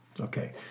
Okay